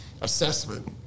assessment